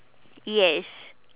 yes